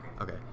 okay